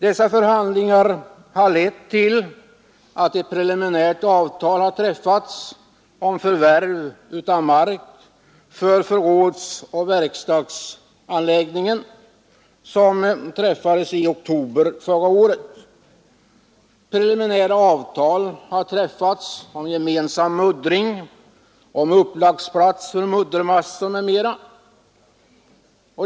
Dessa förhandlingar har lett till att ett preliminärt avtal träffades i oktober förra året om förvärv av mark för förrådsoch verkstadsanläggningen. Preliminära avtal har också ingåtts om gemensam muddring, om upplagsplats för muddermassor m.m.